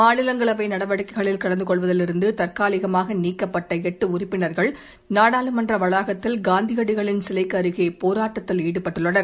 மாநிலங்களவை நடவடிக்கைகளில் கலந்து கொள்வதிலிருந்து தற்காலிகமாக நீக்கப்பட்ட எட்டு உறுப்பினர்கள் நாடாளுமன்ற வளாகத்தில் காந்தியடிகளின் சிலைக்கு அருகே போராட்டத்தில் ஈடுபட்டுள்ளனர்